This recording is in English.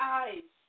eyes